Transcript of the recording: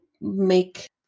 make